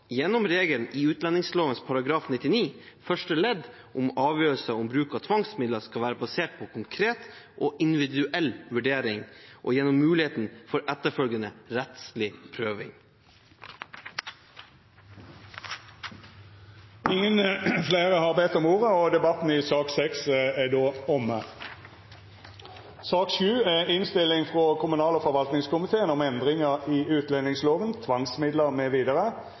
gjennom regelen i utlendingsloven § 99 første ledd om at avgjørelser om bruk av tvangsmidler skal være basert på konkret og individuell vurdering og gjennom mulighet for etterfølgende rettslig prøving. Fleire har ikkje bedt om ordet til sak nr. 6 Etter ønske frå kommunal- og